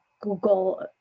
Google